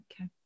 Okay